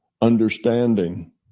understanding